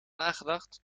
nagedacht